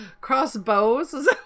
crossbows